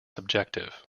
subjective